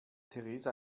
theresa